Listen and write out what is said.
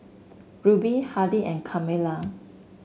Ruby Hardy and Carmela